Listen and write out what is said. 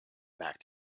back